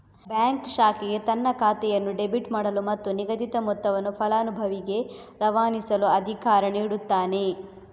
bank ಶಾಖೆಗೆ ತನ್ನ ಖಾತೆಯನ್ನು ಡೆಬಿಟ್ ಮಾಡಲು ಮತ್ತು ನಿಗದಿತ ಮೊತ್ತವನ್ನು ಫಲಾನುಭವಿಗೆ ರವಾನಿಸಲು ಅಧಿಕಾರ ನೀಡುತ್ತಾನೆ